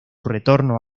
retorno